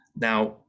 Now